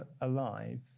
alive